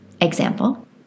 Example